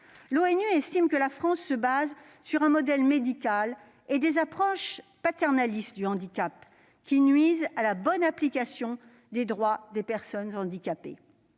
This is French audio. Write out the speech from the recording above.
L'ONU estime que la France adopte un modèle médical et des approches paternalistes du handicap, qui nuisent à la bonne application des droits des personnes handicapées.